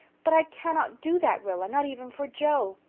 but i cannot do that, rilla, not even for joe.